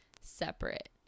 separate